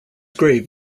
grave